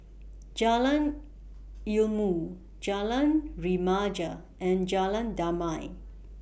Jalan Ilmu Jalan Remaja and Jalan Damai